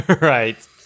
Right